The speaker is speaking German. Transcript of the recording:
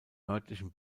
örtlichen